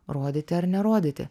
rodyti ar nerodyti